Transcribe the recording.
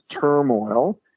turmoil